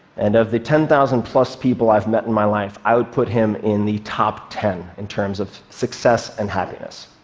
and of the ten thousand plus people i've met in my life, i would put him in the top ten, in terms of success and happiness.